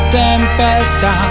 tempesta